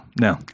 no